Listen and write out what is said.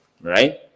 Right